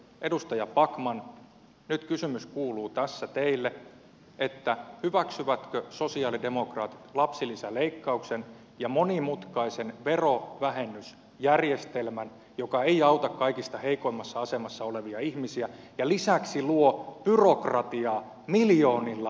edustaja backman nyt kysymys kuuluu tässä teille hyväksyvätkö sosialidemokraatit lapsilisäleikkauksen ja monimutkaisen verovähennysjärjestelmän joka ei auta kaikista heikoimmassa asemassa olevia ihmisiä ja lisäksi luo byrokratiaa miljoonilla euroilla